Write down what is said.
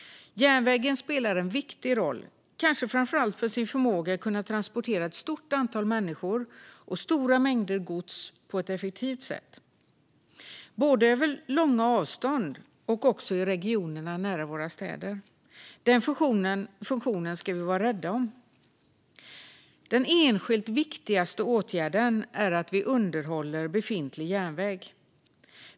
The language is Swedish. Järnvägen spelar en viktig roll, kanske framför allt för sin förmåga att transportera ett stort antal människor och stora mängder gods på ett effektivt sätt, både över långa avstånd och i regionerna nära våra städer. Den funktionen ska vi vara rädda om. Den enskilt viktigaste åtgärden är att vi underhåller befintlig järnväg.